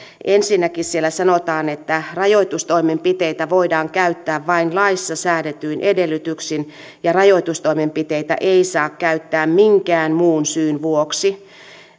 ensinnäkin siellä sanotaan että rajoitustoimenpiteitä voidaan käyttää vain laissa säädetyin edellytyksin ja että rajoitustoimenpiteitä ei saa käyttää minkään muun syyn vuoksi